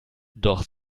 doch